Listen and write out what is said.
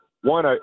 one